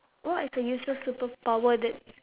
what is a useless superpower that's